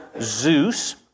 Zeus